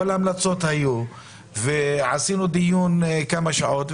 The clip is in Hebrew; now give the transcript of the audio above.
כל ההמלצות היו ועשינו דיון של כמה שעות,